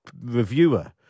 reviewer